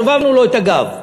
סובבנו לו את הגב.